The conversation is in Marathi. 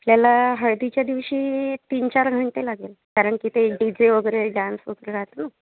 आपल्याला हळदीच्या दिवशी तीन चार घंटे लागेल कारण की ते डी जे वगैरे डांस वगैरे राहतो ना